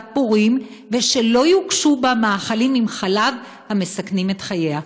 פורים ושלא יוגשו בה מאכלים עם חלב המסכנים את חייה.